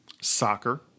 Soccer